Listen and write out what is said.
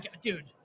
Dude